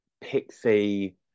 Pixie